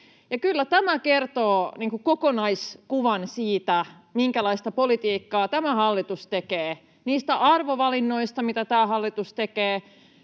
tämä kertoo kokonaiskuvan siitä, minkälaista politiikkaa tämä hallitus tekee, niistä arvovalinnoista, mitä tämä hallitus tekee,